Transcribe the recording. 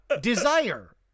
desire